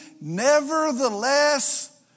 Nevertheless